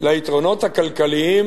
ליתרונות הכלכליים